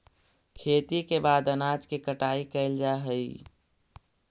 खेती के बाद अनाज के कटाई कैल जा हइ